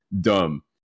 dumb